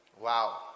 Wow